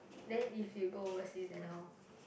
then if you go overseas then how